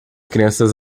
crianças